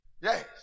Yes